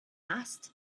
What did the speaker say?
asked